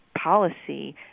policy